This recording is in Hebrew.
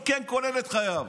כולל לסכן את חייו.